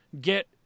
get